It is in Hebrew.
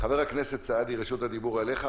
חבר הכנסת סעדי, רשות הדיבור אליך.